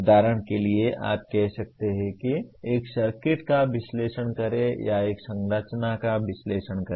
उदाहरण के लिए आप कह सकते हैं कि एक सर्किट का विश्लेषण करें या एक संरचना का विश्लेषण करें